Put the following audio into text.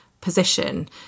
position